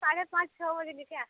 ସାଢ଼େ ପାଞ୍ଚ୍ ଛଅବଜେ ଭିତ୍ରେ ଆସ୍ବ